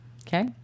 Okay